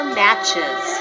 matches